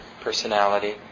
personality